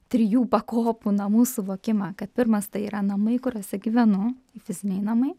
trijų pakopų namų suvokimą kad pirmas tai yra namai kuriuose gyvenu fiziniai namai